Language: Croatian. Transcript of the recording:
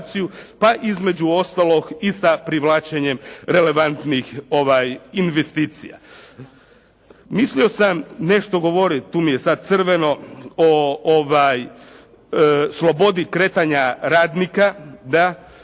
pa između ostalog i sa privlačenjem relevantnih investicija. Mislio sam nešto govoriti, tu mi je sad crveno, o slobodi kretanja radnika. Da,